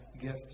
gift